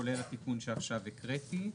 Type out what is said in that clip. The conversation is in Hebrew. כולל התיקון שעכשיו הקראתי.